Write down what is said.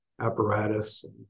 apparatus